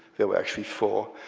there were actually four,